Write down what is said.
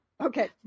Okay